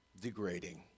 degrading